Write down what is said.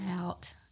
out